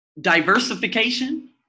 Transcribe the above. diversification